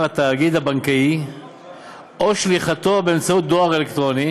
התאגיד הבנקאי או שליחתו באמצעות דואר אלקטרוני,